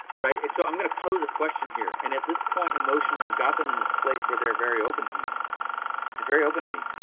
right, so i'm gonna pose a question here and at this point emotionally i've got them in this place where they're very open to me. they're and very open to me.